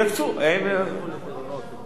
שיקצו, זה לא מה שהחוק אומר.